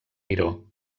miró